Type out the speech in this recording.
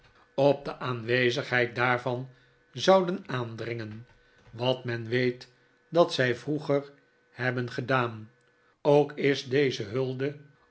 op de maarten chuzzlewit aanwezigheid daarvan zouden aandringen wat men weet dat zij vroeger hebben gedaan ook is deze hulde